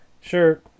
sure